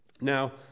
Now